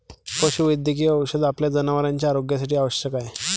पशुवैद्यकीय औषध आपल्या जनावरांच्या आरोग्यासाठी आवश्यक आहे